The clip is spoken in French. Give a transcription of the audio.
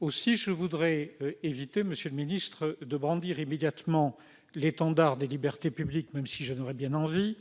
Aussi voudrais-je éviter de brandir immédiatement l'étendard des libertés publiques, même si j'en aurais bien envie,